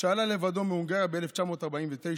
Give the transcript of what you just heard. שעלה לבדו מהונגריה ב-1949.